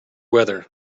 weather